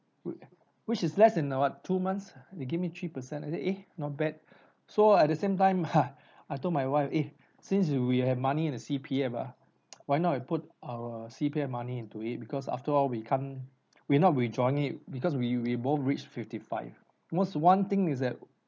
wh~ which is less than uh what two months they give me three percent and then eh not bad so at the same time !huh! I told my wife eh since you we have money in the C_P_F ah why not we put our C_P_F money into it because after all we can't we are not withdrawing it because we we both reached fifty five most one thing is that